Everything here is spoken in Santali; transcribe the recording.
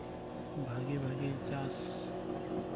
ᱵᱷᱟᱹᱜᱤ ᱵᱷᱟᱹᱜᱤ ᱪᱟᱥ